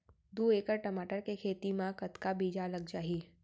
दू एकड़ टमाटर के खेती मा कतका बीजा लग जाही?